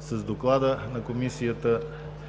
С Доклада на Комисията